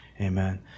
Amen